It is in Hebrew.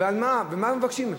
ומה מבקשים?